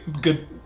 good